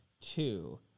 two